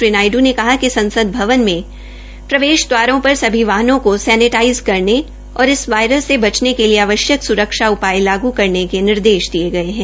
श्री नायडू ने कहा कि संसद भवन में प्रवेश द्वारों पर सभी वाहनों को सैनेटाइज़ करने और इस वायरस से बचने के लिए आवश्यक सुरक्षा उपाय लागू करने के निर्देश दिये है